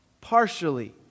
partially